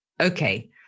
okay